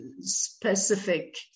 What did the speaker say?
specific